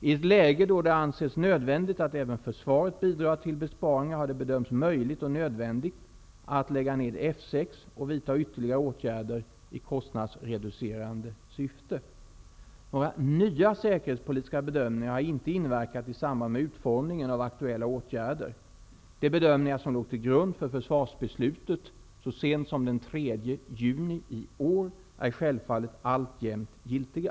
I ett läge då det ansetts nödvändigt att även försvaret bidrar till besparingar har det bedömts möjligt och nödvändigt att lägga ner F 6 och vidta ytterligare åtgärder i kostnadsreducerande syfte. Några nya säkerhetspolitiska bedömningar har inte inverkat i samband med utformningen av nu aktuella åtgärder. De bedömningar som låg till grund för försvarsbeslutet så sent som den 3 juni i år är självfallet alltjämt giltiga.